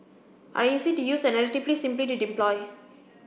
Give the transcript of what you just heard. are easy to use and relatively simple to deploy